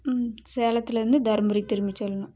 ம் சேலத்துலேருந்து தருமபுரிக்கு திரும்பி செல்லணும்